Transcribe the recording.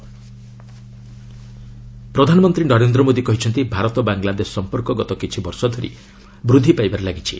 PM Bangladesh ପ୍ରଧାନମନ୍ତ୍ରୀ ନରେନ୍ଦ୍ର ମୋଦି କହିଛନ୍ତି ଭାରତ ବାଂଲାଦେଶ ସଂପର୍କ ଗତ କିଛିବର୍ଷ ଧରି ବୃଦ୍ଧି ପାଇବାରେ ଲାଗିଛି